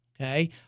okay